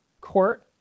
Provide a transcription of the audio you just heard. court